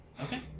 Okay